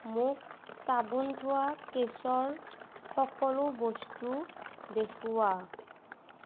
মোক চাবোন থোৱা কেছৰ সকলো বস্তু দেখুওৱা